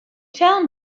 tell